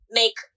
make